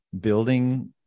building